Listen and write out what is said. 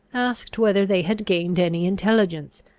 asked whether they had gained any intelligence.